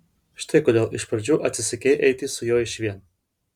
štai kodėl iš pradžių atsisakei eiti su juo išvien